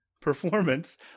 performance